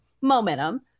momentum